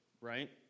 right